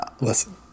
Listen